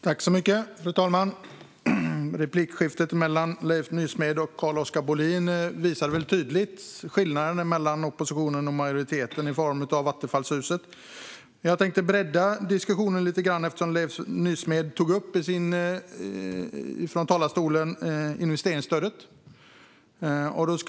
Fru talman! Replikskiftet mellan Leif Nysmed och Carl-Oskar Bohlin visade tydligt skillnaden mellan oppositionen och majoriteten när det gäller attefallshuset. Jag tänkte bredda diskussionen lite grann. Leif Nysmed tog i talarstolen upp frågan om investeringsstödet.